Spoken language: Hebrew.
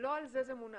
לא על זה זה מונח.